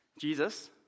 Jesus